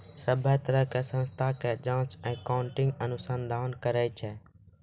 सभ्भे तरहो के संस्था के जांच अकाउन्टिंग अनुसंधाने करै छै